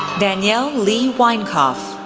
danielle lea winecoff,